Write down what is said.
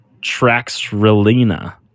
Traxrelina